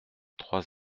trois